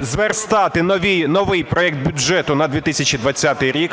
зверстати новий проект бюджету на 2020 рік,